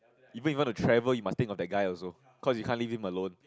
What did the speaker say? even you want to travel you must think of that guy also cause you can't leave him alone